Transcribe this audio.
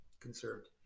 conserved